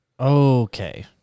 Okay